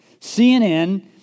CNN